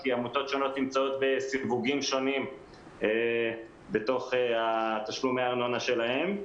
כי עמותות שונות נמצאות בסיווגים שונים בתוך תשלומי הארנונה שלהן.